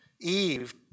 Eve